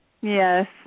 Yes